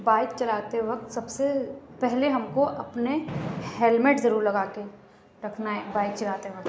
bike چلاتے وقت سب سے پہلے ہم کو اپنے ہیلمٹ ضرور لگا کے رکھنا ہے بائیک چلاتے وقت